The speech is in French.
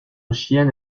chienne